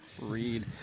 Read